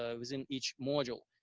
ah within each module,